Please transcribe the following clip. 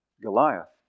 Goliath